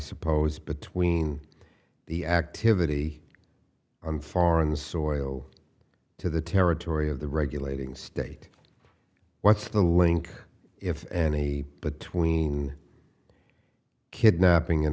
suppose between the activity on foreign soil to the territory of the regulating state what's the link if any but tween kidnapping